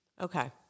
Okay